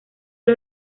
los